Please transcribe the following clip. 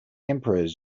emperors